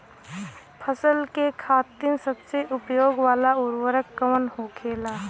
फसल के खातिन सबसे उपयोग वाला उर्वरक कवन होखेला?